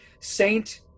Saint